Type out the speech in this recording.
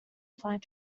applied